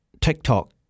TikTok